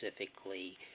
specifically